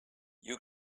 you